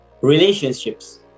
relationships